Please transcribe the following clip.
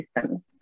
system